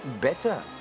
better